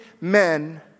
men